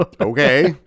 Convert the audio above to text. Okay